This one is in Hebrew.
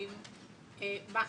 מיוחדים בחינוך.